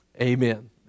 Amen